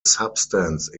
substance